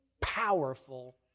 powerful